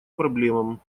проблемам